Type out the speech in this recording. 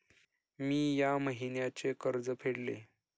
मी या महिन्याचे कर्ज फेडले